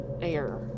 air